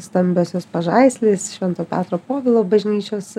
stambiosios pažaislis švento petro povilo bažnyčios